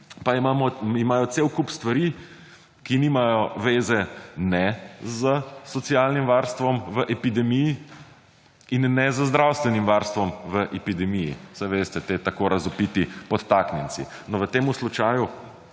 pa imajo cel kup stvari, ki nimajo veze ne z socialnim varstvom v epidemiji in ne z zdravstvenim varstvom v epidemiji. Saj veste, ti tako razvpiti podtaknjenci. No, v temu slučaju